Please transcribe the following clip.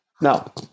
Now